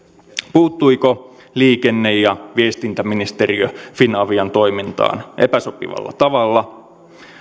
puuttuiko liikenne ja viestintäministeriö finavian toimintaan epäsopivalla tavalla